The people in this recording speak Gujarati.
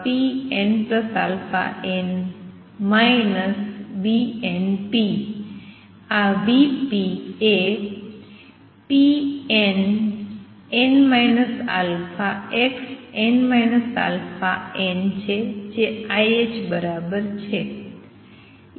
આ vp એ pnn α xn αn છે જે iℏ બરાબર છે